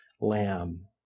lamb